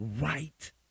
right